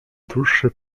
dłuższy